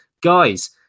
Guys